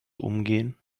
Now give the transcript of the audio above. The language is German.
umgehen